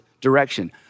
direction